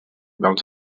dels